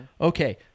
Okay